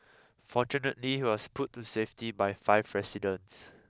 fortunately he was pulled to safety by five residents